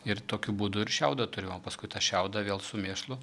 ir tokiu būdu ir šiaudo turiu o paskui tą šiaudą vėl su mėšlu